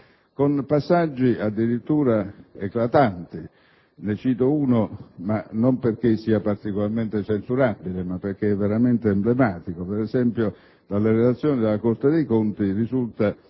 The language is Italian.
con passaggi addirittura eclatanti. Ne cito uno, non perché sia particolarmente censurabile, ma perché è veramente emblematico. Dalle relazioni della Corte dei conti risulta